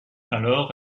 alors